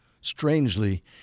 Strangely